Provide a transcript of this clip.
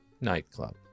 nightclub